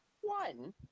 One